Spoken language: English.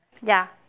ya